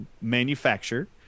manufacture